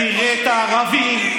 תראה את הערבים,